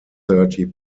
thirty